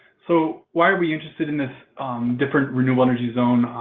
so, why are we interested in this different renewable energy zone